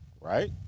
right